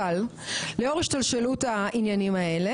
אבל לאור השתלשלות העניינים האלה,